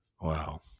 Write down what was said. Wow